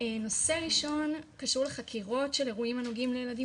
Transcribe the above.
נושא ראשון קשור לחקירות שנוגעות לילדים